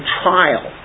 trial